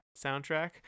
soundtrack